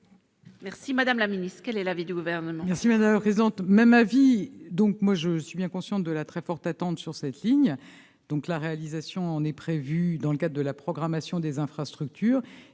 Merci madame la ministre, quel est l'avis du gouvernement.